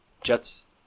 Jets